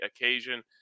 occasion